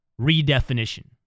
redefinition